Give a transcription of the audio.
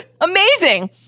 Amazing